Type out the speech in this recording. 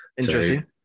Interesting